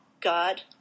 God